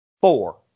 Four